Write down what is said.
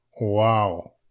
Wow